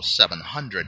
700